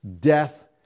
death